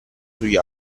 sugli